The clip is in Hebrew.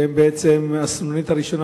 שהם בעצם הסנונית הראשונה,